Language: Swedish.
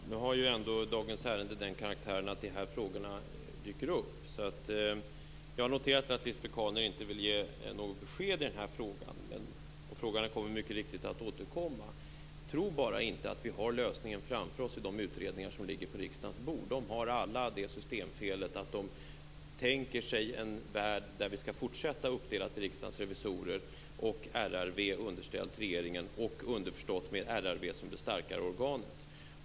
Herr talman! Nu har ändå dagens ärende den karaktären att de här frågorna dyker upp. Jag har noterat att Lisbet Calner inte vill ge något besked i den här frågan, och frågan kommer mycket riktigt att återkomma. Tro bara inte att vi har lösningen framför oss i de utredningar som ligger på riksdagens bord. De har alla det systemfelet att deras utgångspunkt är en värld där vi skall fortsätta med en uppdelning i Riksdagens revisorer och RRV underställt regeringen, underförstått med RRV som det starkare organet.